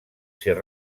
ser